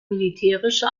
militärische